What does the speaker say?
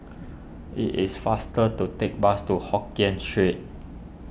it is faster to take bus to Hokien Street